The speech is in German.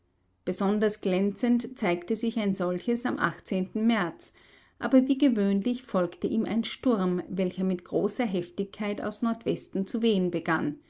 besonders glänzend zeigte sich ein solches am märz aber wie gewöhnlich folgte ihm ein sturm welcher mit großer heftigkeit aus nordwesten zu wehen begann